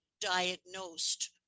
diagnosed